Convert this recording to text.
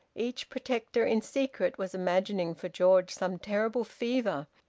each protector in secret was imagining for george some terrible fever,